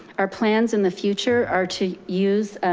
our plans in the future are to use